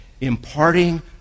imparting